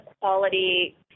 quality